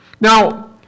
Now